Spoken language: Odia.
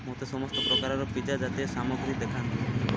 ମୋତେ ସମସ୍ତ ପ୍ରକାରର ପିଜ୍ଜା ଜାତୀୟ ସାମଗ୍ରୀ ଦେଖାନ୍ତୁ